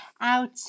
out